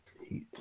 Heat